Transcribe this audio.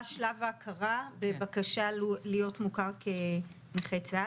שלב ההכרה בבקשה להיות מוכר כנכה צה"ל.